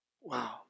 Wow